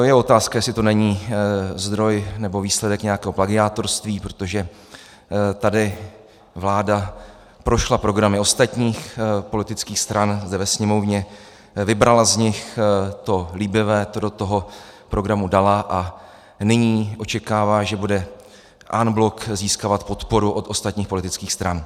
Je otázka, jestli to není zdroj nebo výsledek nějakého plagiátorství, protože tady vláda prošla programy ostatních politických stran zde ve Sněmovně, vybrala z nich to líbivé, to do toho programu dala a nyní očekává, že bude en bloc získávat podporu od ostatních politických stran.